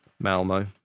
Malmo